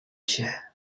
się